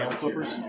clippers